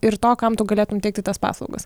ir to kam tu galėtum teikti tas paslaugas